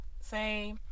say